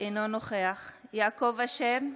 אינו נוכח יעקב אשר,